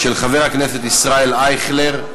של חבר הכנסת ישראל אייכלר.